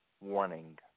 warning